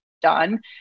done